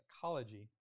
psychology